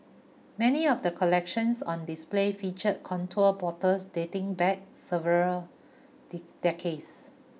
many of the collections on display featured contour bottles dating back several dick decades